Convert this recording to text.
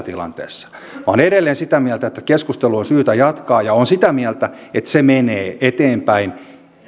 tilanteessa olen edelleen sitä mieltä että keskustelua on syytä jatkaa ja olen sitä mieltä että se menee eteenpäin